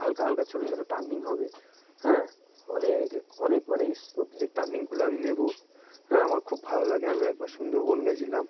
হালকা হালকা ছোটো ছোটো টার্নিং হবে হ্যাঁ অনেক অনেক মানে স্মুদলি টার্নিংগুলো আমি নেবো হ্যাঁ আমার খুব ভালো লাগে আমি একবার সুন্দরবন গিয়েছিলাম